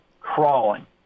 Crawling